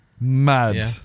Mad